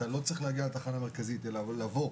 לא צריך להגיע לתחנה מרכזית אלא לבוא